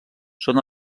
són